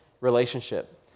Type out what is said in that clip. relationship